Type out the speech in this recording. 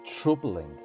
troubling